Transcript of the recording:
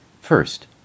First